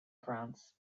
france